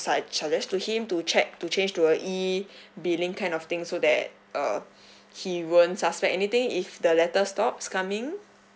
su~ suggest to him to check to change to a E billing kind of thing so that uh he won't suspect anything if the letter stops coming